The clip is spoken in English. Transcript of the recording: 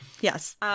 yes